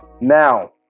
now